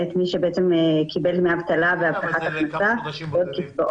הרווחה והבריאות.